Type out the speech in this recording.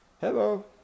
Hello